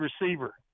receiver